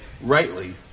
rightly